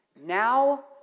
now